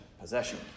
possession